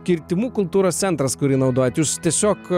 kirtimų kultūros centras kurį naudojat jūs tiesiog